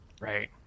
Right